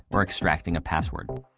or extracting a password.